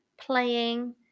playing